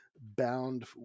bound